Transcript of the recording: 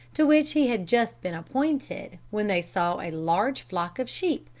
to which he had just been appointed, when they saw a large flock of sheep,